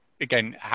again